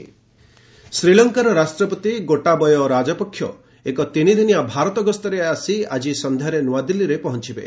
ଲଙ୍କା president ଶ୍ରୀଲଙ୍କାର ରାଷ୍ଟ୍ରପତି ଗୋଟାବୟ ରାଜପକ୍ଷ ଏକ ତିନିଦିନିଆ ଭାରତ ଗସ୍ତରେ ଆସି ଆଜି ସନ୍ଧ୍ୟାରେ ନୂଆଦିଲ୍ଲୀରେ ପହଞ୍ଚୁବେ